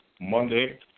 Monday